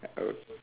okay